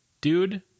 dude